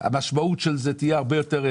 המשמעות של זה תהיה הרבה יותר,